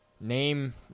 name